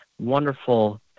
wonderful